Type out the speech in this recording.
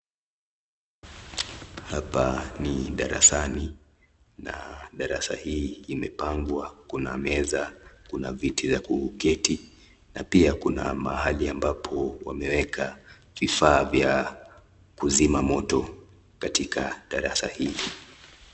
Hapa ni darasani na darasa hii imepangwa kuna Meza kuna viti za kuketi na pia kuna mahali ambapo wamewekaa vifaa vya kuzima moto katika darasa hii